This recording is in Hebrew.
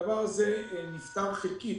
הדבר הזה נפתר חלקית,